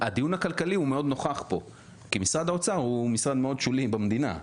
הדיון הכלכלי נוכח פה מאוד כי משרד האוצר הוא משרד שולי מאוד במדינה,